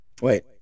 Wait